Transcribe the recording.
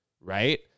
right